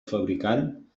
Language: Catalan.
fabricant